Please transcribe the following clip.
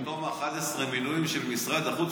פתאום 11 מינויים של משרד החוץ,